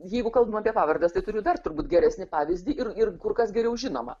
jeigu kalbam apie pavardes turiu dar turbūt geresnį pavyzdį ir ir kur kas geriau žinomą